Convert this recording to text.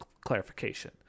clarification